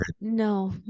No